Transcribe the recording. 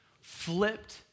flipped